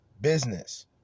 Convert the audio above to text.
business